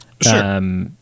Sure